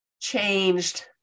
changed